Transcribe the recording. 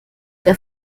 der